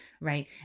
right